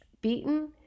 beaten